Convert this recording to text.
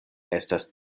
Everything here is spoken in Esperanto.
estas